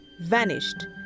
Vanished